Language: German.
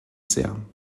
sehr